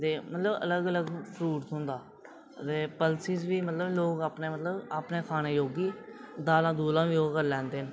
ते मतलब अलग अलग फ्रूट थ्होंदा ते पलसिस बी लोग अपने मतलब अपने खाने जोगी दालां दूलां बी ओह् करी लैंदे न